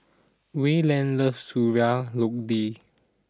Wayland loves Sayur Lodeh